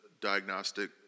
diagnostic